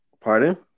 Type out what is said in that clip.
Pardon